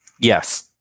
Yes